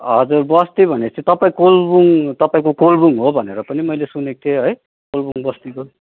हजुर बस्ती भनेपछि तपाईँ कोलबुङ तपाईँको कोलबुङ हो भनेर पनि मैले सुनेको थिएँ है कोलबुङ बस्तीको